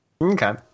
Okay